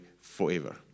forever